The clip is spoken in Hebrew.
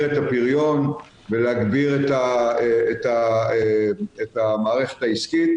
את הפריון ולהגביר את המערכת העסקית,